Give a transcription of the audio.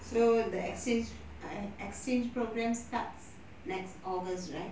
so the exchange i~ exchange programme starts next august right